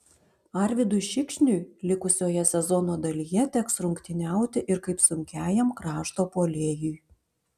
arvydui šikšniui likusioje sezono dalyje teks rungtyniauti ir kaip sunkiajam krašto puolėjui